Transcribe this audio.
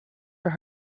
for